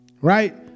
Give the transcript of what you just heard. Right